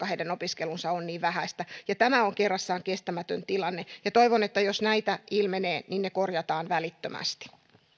heidän opiskelunsa on niin vähäistä tämä on kerrassaan kestämätön tilanne toivon että jos näitä ilmenee ne korjataan välittömästi